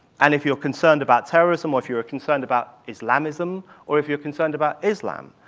and if you're concerned about terrorism, or if you're concerned about islamism, or if you're concerned about islam,